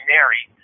Mary